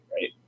right